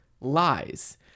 lies